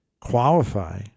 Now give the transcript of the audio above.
qualify